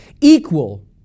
equal